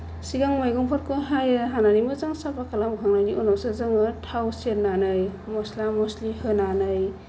सिगां मैगंफोरखौ हायो हानानै मोजां साफा खालामखांनायनि उनावसो जोङो थाव सेरनानै मस्ला मस्लि होनानै